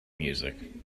music